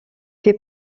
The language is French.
fait